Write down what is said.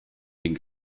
den